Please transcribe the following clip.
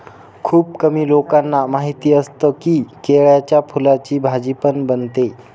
खुप कमी लोकांना माहिती असतं की, केळ्याच्या फुलाची भाजी पण बनते